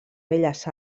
belles